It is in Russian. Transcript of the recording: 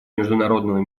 международного